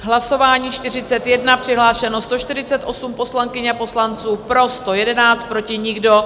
Hlasování číslo 41, přihlášeno 148 poslankyň a poslanců, pro 111, proti nikdo.